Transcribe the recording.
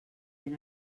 ben